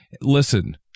Listen